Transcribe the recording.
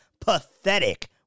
Pathetic